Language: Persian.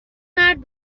مرد